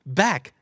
back